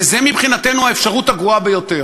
וזה מבחינתנו האפשרות הגרועה ביותר.